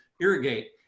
irrigate